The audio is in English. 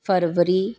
February